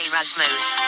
Rasmus